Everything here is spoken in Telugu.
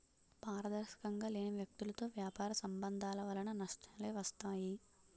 పారదర్శకంగా లేని వ్యక్తులతో వ్యాపార సంబంధాల వలన నష్టాలే వస్తాయి